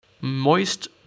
moist